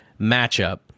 matchup